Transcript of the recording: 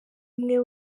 umwe